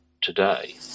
today